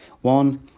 one